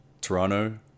Toronto